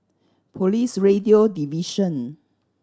Police Radio Division